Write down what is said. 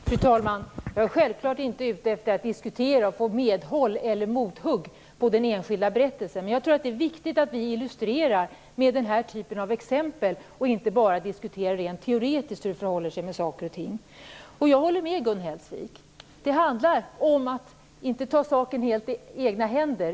Fru talman! Jag är självfallet inte ute efter att få vare sig medhåll eller mothugg när det gäller den enskilda berättelsen. Men det är viktigt att man med den här typen av exempel konkret illustrerar, inte bara rent teoretiskt diskuterar, hur det förhåller sig med saker och ting. Jag håller med Gun Hellsvik. Det handlar om att inte helt ta saken i egna händer.